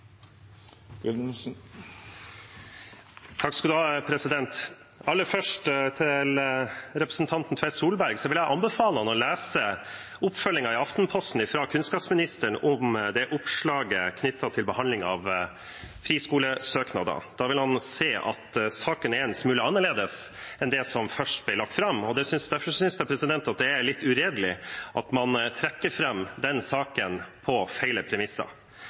Aller først til representanten Tvedt Solberg: Jeg vil anbefale ham å lese oppfølgingen i Aftenposten fra kunnskapsministeren om oppslaget knyttet til behandling av friskolesøknader. Da vil han se at saken er en smule annerledes enn det som først ble lagt fram. Jeg synes det er litt uredelig at man trekker fram den saken på feil premisser.